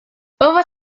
over